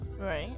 right